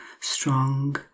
strong